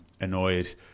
annoyed